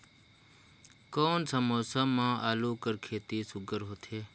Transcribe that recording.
कोन सा मौसम म आलू कर खेती सुघ्घर होथे?